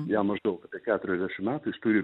jam maždaug keturiasdešim metų jis turi